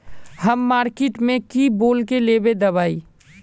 हम मार्किट में की बोल के लेबे दवाई?